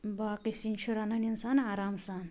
باقٕے سِنۍ چھُ رَنان اِنسان آرام سان